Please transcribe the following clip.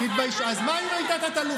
תתביישו, אתה פוגע בצבא,